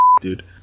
dude